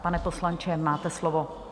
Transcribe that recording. Pane poslanče, máte slovo.